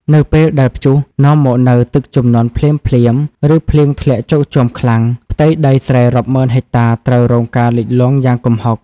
នៅពេលដែលព្យុះនាំមកនូវទឹកជំនន់ភ្លាមៗ ឬភ្លៀងធ្លាក់ជោកជាំខ្លាំង ផ្ទៃដីស្រែរាប់ម៉ឺនហិកតាត្រូវរងការលិចលង់យ៉ាងគំហុក។